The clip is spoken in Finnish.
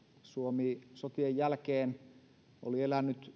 suomi sotien jälkeen oli elänyt